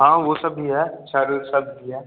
हाँ वह सब भी है छड़ सब भी है